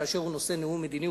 כאשר הוא נושא נאום מדיני,